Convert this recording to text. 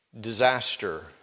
disaster